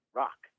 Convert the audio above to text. rock